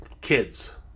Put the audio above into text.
kids